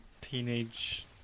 teenage